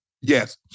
Yes